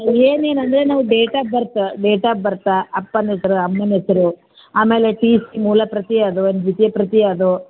ಏನೇನು ಅಂದರೆ ನಾವು date of birth date of ಬರ್ತಾ ಅಪ್ಪನ ಹೆಸ್ರು ಅಮ್ಮನ ಹೆಸ್ರು ಆಮೇಲೆ ಫೀಸ್ ಮೂಲ ಪ್ರತಿ ಅದು ಒಂದು ದ್ವಿತೀಯ ಪ್ರತಿ ಅದು